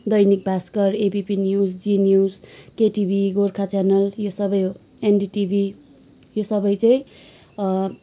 दैनिक Bhaskar ABP news Zee news KTV Gorkha channel यो सबै NDTV यो सबै चाहिँ